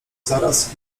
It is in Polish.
zaraz